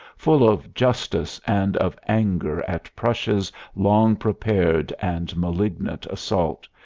full of justice and of anger at prussia's long-prepared and malignant assault,